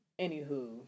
anywho